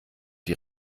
die